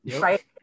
Right